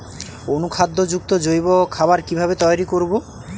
অনুখাদ্য যুক্ত জৈব খাবার কিভাবে তৈরি করব?